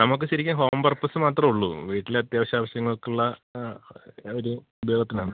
നമുക്കു ശരിക്കു home purpose മാത്രമേ ഉള്ളൂ വീട്ടിലത്യാവശ്യ ആവശ്യങ്ങൾക്കുള്ള ഒരു ഉപയോഗത്തിനാണ്